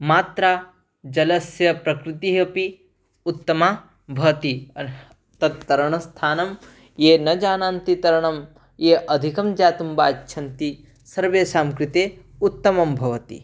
मात्रा जलस्य प्रकृतिः अपि उत्तमा भवति तत् तरणस्थानं ये न जानन्ति तरणं ये अधिकं ज्ञातुं वा इच्छन्ति सर्वेषां कृते उत्तमं भवति